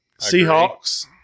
Seahawks